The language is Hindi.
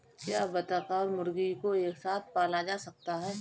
क्या बत्तख और मुर्गी को एक साथ पाला जा सकता है?